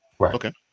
okay